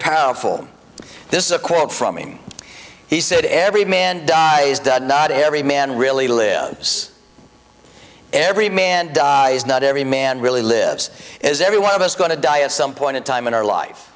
powerful this is a quote from him he said every man dies does not every man really lives every man dies not every man really lives is every one of us going to die of some point in time in our life